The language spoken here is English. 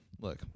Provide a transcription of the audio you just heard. look